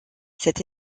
cette